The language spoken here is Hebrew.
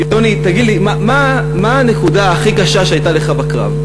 יוני, תגיד לי, מה הנקודה הכי קשה שהייתה לך בקרב?